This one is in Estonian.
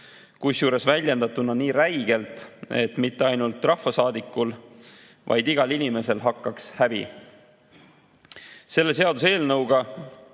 kusjuures väljendatuna nii räigelt, et mitte ainult rahvasaadikul, vaid igal inimesel hakkaks häbi. Selle seaduseelnõuga